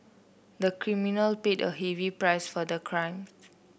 the criminal paid a heavy price for the crime